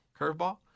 curveball